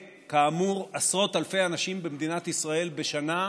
כאמור, לעשרות אלפי אנשים במדינת ישראל מדי שנה,